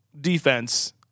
defense